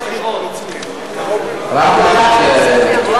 בבקשה, אדוני.